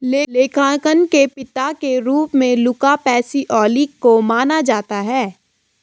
लेखांकन के पिता के रूप में लुका पैसिओली को माना जाता है